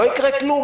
לא יקרה כלום.